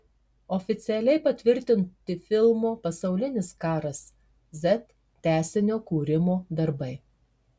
oficialiai patvirtinti filmo pasaulinis karas z tęsinio kūrimo darbai